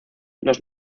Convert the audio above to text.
los